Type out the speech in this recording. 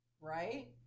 Right